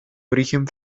origen